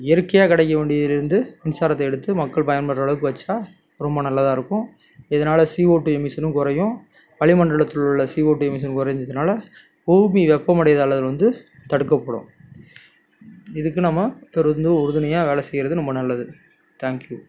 இயற்கையாக கிடைக்க வேண்டியதிலிருந்து மின்சாரத்தை எடுத்து மக்கள் பயன்படுற அளவுக்கு வெச்சா ரொம்ப நல்லதாக இருக்கும் இதனால் சி ஓ டூ எமிஷனும் குறையும் வளிமண்டலத்தில் உள்ள சி ஓ டூ எமிஷன் கொறைஞ்சதுனால பூமி வெப்பமடைதல் வந்து தடுக்கப்படும் இதுக்கு நம்ம உறுதுணையாக வேலை செய்கிறது ரொம்ப நல்லது தேங்க்யூ